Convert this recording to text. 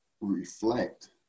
reflect